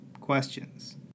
questions